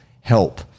help